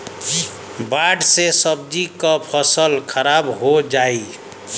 बाढ़ से सब्जी क फसल खराब हो जाई